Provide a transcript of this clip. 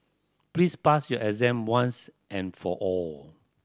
please pass your exam once and for all